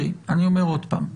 אני אומר עוד פעם.